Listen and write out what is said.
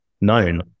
known